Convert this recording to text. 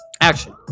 action